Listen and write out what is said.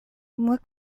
what